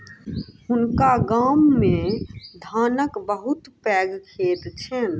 हुनका गाम मे धानक बहुत पैघ खेत छैन